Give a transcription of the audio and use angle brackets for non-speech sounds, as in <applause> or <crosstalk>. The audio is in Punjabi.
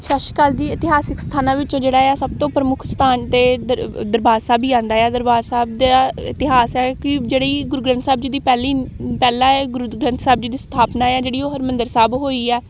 ਸਤਿ ਸ਼੍ਰੀ ਅਕਾਲ ਜੀ ਇਤਿਹਾਸਿਕ ਸਥਾਨਾਂ ਵਿੱਚੋਂ ਜਿਹੜਾ ਆ ਸਭ ਤੋਂ ਪ੍ਰਮੁੱਖ ਸਥਾਨ ਤਾਂ ਦਰ ਦਰਬਾਰ ਸਾਹਿਬ ਹੀ ਆਉਂਦਾ ਆ ਦਰਬਾਰ ਸਾਹਿਬ ਦਾ ਇਤਿਹਾਸ ਹੈ ਕਿ ਜਿਹੜੀ ਗੁਰੂ ਗ੍ਰੰਥ ਸਾਹਿਬ ਜੀ ਦੀ ਪਹਿਲੀ <unintelligible> ਪਹਿਲਾਂ ਇਹ ਗੁਰੂ ਗ੍ਰੰਥ ਸਾਹਿਬ ਜੀ ਦੀ ਸਥਾਪਨਾ ਆ ਜਿਹੜੀ ਉਹ ਹਰਿਮੰਦਰ ਸਾਹਿਬ ਹੋਈ ਹੈ